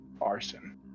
arson